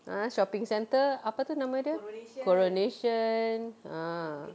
ah shopping centre apa tu nama dia coronation ah